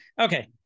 okay